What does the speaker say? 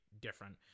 different